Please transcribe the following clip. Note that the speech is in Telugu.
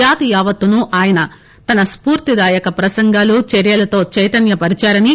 జాతియావత్తును ఆయన తన స్పూర్తిదాయక ప్రసంగాలు చర్యలతో చైతన్యపరిచారని